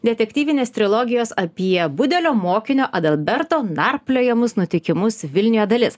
detektyvinės trilogijos apie budelio mokinio adalberto narpliojamus nutikimus vilniuje dalis